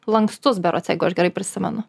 lankstus berods jeigu aš gerai prisimenu